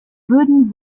böden